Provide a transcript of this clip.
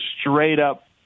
straight-up